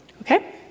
okay